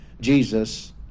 Jesus